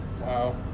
Wow